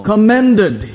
Commended